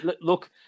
look